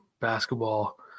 basketball